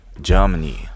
Germany